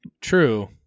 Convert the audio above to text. true